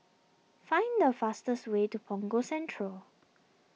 find the fastest way to Punggol Central